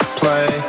play